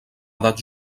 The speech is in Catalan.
edat